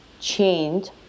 chained